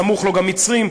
סמוך לו גם מצרים.